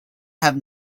have